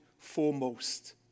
foremost